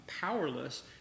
powerless